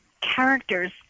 characters